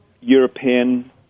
European